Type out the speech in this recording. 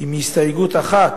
עם הסתייגות אחת,